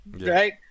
right